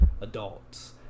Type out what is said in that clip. adults